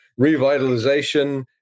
revitalization